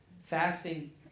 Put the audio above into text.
Fasting